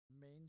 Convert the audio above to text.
main